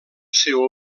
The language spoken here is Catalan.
seu